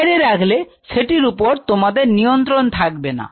বাইরে রাখলে সেটির উপর তোমাদের নিয়ন্ত্রণ থাকবে না